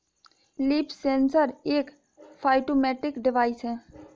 leaf sensor एक phytometric device है